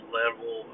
level